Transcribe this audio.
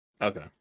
okay